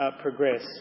progress